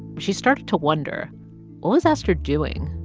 she started to wonder, what was astor doing?